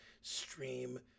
stream